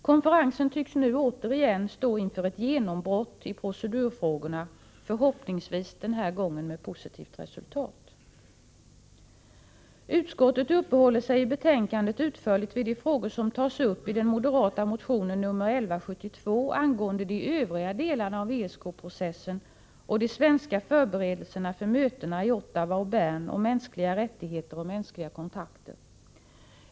Konferensen tycks nu återigen stå inför ett genombrott i procedurfrågorna, förhoppningsvis denna gång med positivt resultat. Utskottet uppehåller sig i betänkandet utförligt vid de frågor som tas upp i den moderata motionen 1172 angående de övriga delarna av ESK-processen och de svenska förberedelserna för mötena i Ottawa och Bern om mänskliga rättigheter och mänskliga kontakter.